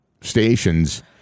stations